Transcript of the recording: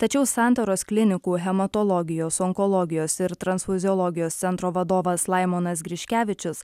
tačiau santaros klinikų hematologijos onkologijos ir transfuziologijos centro vadovas laimonas griškevičius